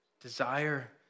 desire